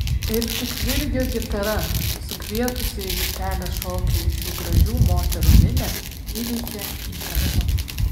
ir tik virgio gitara sukvietusi į aikštelę šokiui šių gražių moterų minią įveikė įtampą